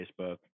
Facebook